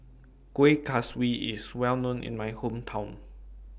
Kueh Kaswi IS Well known in My Hometown